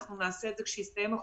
אנחנו נעשה את זה כשיסתיים החודש,